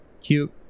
Cute